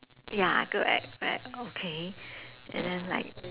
ya good right right okay and then like